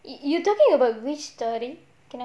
you you talking about which story can I know